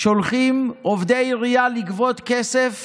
שולחים עובדי עירייה לגבות כסף